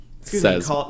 says